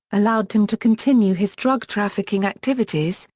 allowed him to continue his drug trafficking activities,